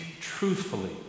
truthfully